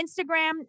instagram